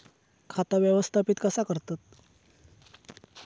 खाता व्यवस्थापित कसा करतत?